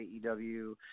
AEW